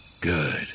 Good